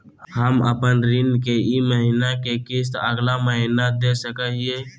हम अपन ऋण के ई महीना के किस्त अगला महीना दे सकी हियई?